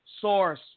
source